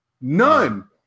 None